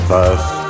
First